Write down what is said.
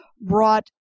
brought